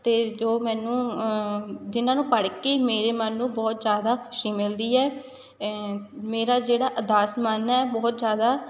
ਅਤੇ ਜੋ ਮੈਨੂੰ ਜਿਨ੍ਹਾਂ ਨੂੰ ਪੜ੍ਹ ਕੇ ਮੇਰੇ ਮਨ ਨੂੰ ਬਹੁਤ ਜ਼ਿਆਦਾ ਖੁਸ਼ੀ ਮਿਲਦੀ ਹੈ ਮੇਰਾ ਜਿਹੜਾ ਉਦਾਸ ਮਨ ਹੈ ਬਹੁਤ ਜ਼ਿਆਦਾ